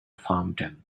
fountain